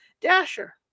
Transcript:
Dasher